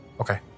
Okay